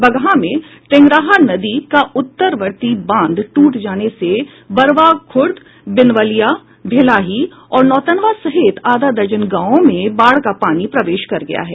बगहा में टेंगराहा नदी का उत्तरवर्ती बांध टूट जाने से बरवा ख़ुर्द बिनवलिया भेलाही और नौतनवा सहित आधा दर्जन गांवों में बाढ़ का पानी प्रवेश कर गया है